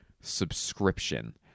subscription